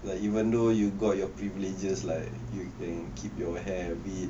like even though you got your privileges like you can keep your hair a bit